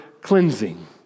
cleansing